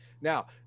Now